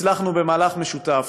הצלחנו במהלך משותף,